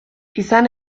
izan